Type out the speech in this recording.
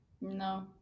No